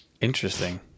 Interesting